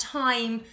time